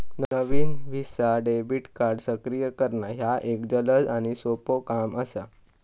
नवीन Visa debit card सक्रिय करणा ह्या एक जलद आणि सोपो काम असा